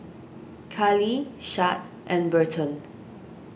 Carlee Shad and Berton